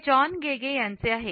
हे John Gage यांचे आहे